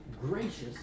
gracious